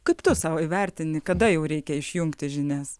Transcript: kaip tu sau įvertini kada jau reikia išjungti žinias